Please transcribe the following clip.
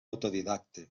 autodidacte